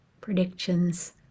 predictions